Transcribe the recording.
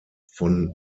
von